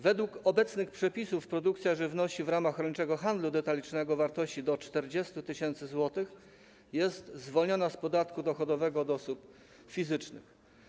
Według obecnych przepisów produkcja żywności w ramach rolniczego handlu detalicznego o wartości do 40 tys. zł jest zwolniona z podatku dochodowego od osób fizycznych.